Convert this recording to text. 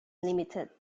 limited